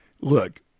Look